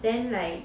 then like